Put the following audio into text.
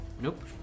nope